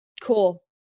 Cool